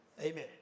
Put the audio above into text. amen